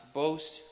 boast